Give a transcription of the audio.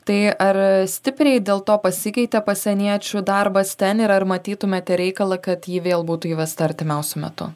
tai ar stipriai dėl to pasikeitė pasieniečių darbas ten yra matytumėte reikalą kad ji vėl būtų įvesta artimiausiu metu